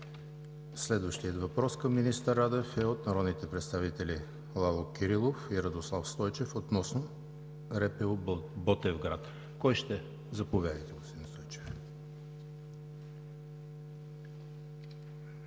Следващият въпрос към министър Радев е от народните представители Лало Кирилов и Радослав Стойчев относно РПУ – Ботевград. Заповядайте, господин Стойчев.